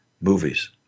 movies